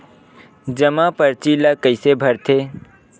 जमा परची ल कइसे भरथे?